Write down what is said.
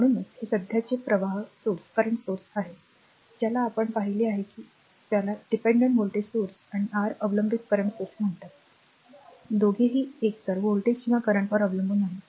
म्हणूनच हे सध्याचे प्रवाह स्त्रोत आहे ज्याला आपण पाहिले आहे की ज्याला डिपेंडेंट व्होल्टेज स्त्रोत आणि r अवलंबित करंट सोर्स म्हणतात दोघेही एकतर व्होल्टेज किंवा करंटवर अवलंबून आहेत